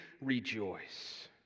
rejoice